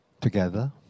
Together